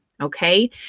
Okay